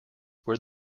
where